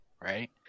Right